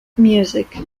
music